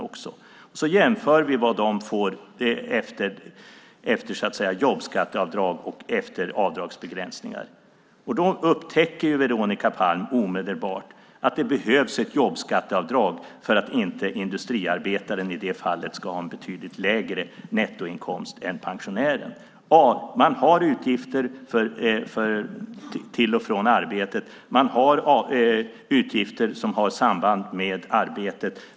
Om vi jämför vad de får efter jobbskatteavdrag och avdragsbegränsningar upptäcker Veronica Palm omedelbart att det behövs ett jobbskatteavdrag för att inte industriarbetaren ska ha en betydligt lägre nettoinkomst än pensionären. Man har utgifter för resor till och från arbetet. Man har utgifter som har samband med arbetet.